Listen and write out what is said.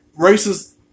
racist